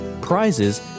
prizes